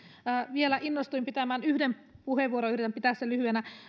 vielä innostuin pitämään yhden puheenvuoron yritän pitää sen lyhyenä